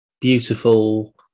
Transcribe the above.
beautiful